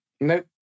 Nope